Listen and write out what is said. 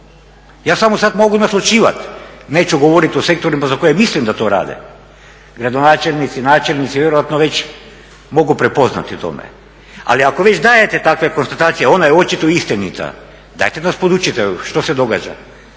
Ja samo sad mogu naslućivat, neću govorit o sektorima za koje mislim da to rade. Gradonačelnici, načelnici vjerojatno već mogu prepoznati u tome, ali ako već dajete takve konstatacije ona je očito istinita, dajte nas podučite što se događa,